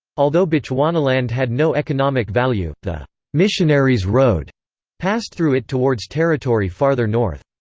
although bechuanaland had no economic value, the missionaries road passed through it towards territory farther north.